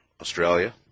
Australia